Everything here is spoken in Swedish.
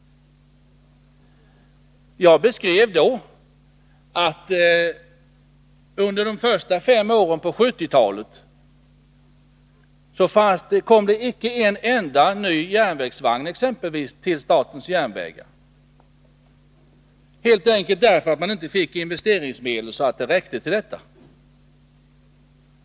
Jag beskrev i februari att under de första fem åren på 1970-talet kom det exempelvis inte en enda ny järnvägsvagn till SJ — helt enkelt därför att SJ inte fick investeringsmedel så att det räckte till det.